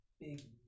Big